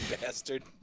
bastard